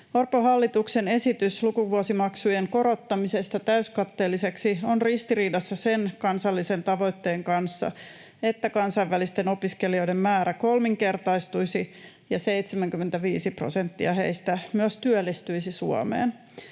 Orpon hallituksen esitys lukuvuosimaksujen korottamisesta täyskatteellisiksi on ristiriidassa sen kansallisen tavoitteen kanssa, että kansainvälisten opiskelijoiden määrä kolminkertaistuisi ja 75 prosenttia heistä myös työllistyisi Suomeen.